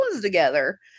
together